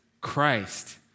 Christ